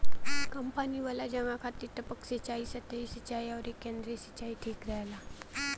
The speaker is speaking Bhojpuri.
कम पानी वाला जगह खातिर टपक सिंचाई, सतही सिंचाई अउरी केंद्रीय सिंचाई ठीक रहेला